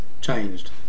changed